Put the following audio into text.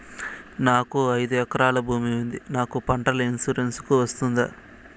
నాకు ఐదు ఎకరాల భూమి ఉంది నాకు పంటల ఇన్సూరెన్సుకు వస్తుందా?